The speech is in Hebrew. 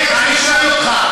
מה אני עשיתי, כן, אני שמעתי אותך.